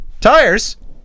Tires